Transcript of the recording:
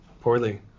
poorly